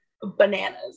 Bananas